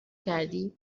کردی